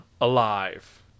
alive